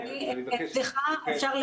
אני רוצה להתייחס.